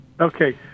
Okay